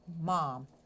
mom